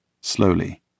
slowly